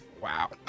Wow